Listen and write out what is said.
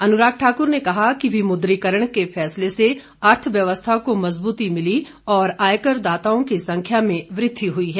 अनुराग ठाकुर ने कहा कि विमुद्रीकरण के फैसले से अर्थव्यवस्था को मजबूती मिली और आयकर दाताओं की संख्या में वृद्धि हुई है